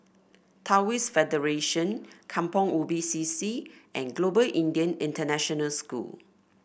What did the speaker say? Taoist Federation Kampong Ubi C C and Global Indian International School